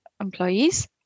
employees